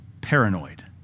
paranoid